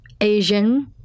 Asian